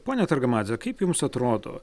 ponia targamadze kaip jums atrodo